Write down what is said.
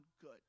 good